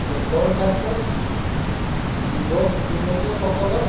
দেশৰ ক্ষেত্ৰত যুৱক যুৱতীসকলক